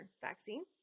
vaccine